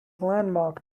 landmark